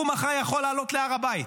מחר הוא יכול לעלות להר הבית.